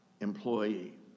employee